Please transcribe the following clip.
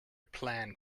plan